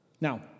Now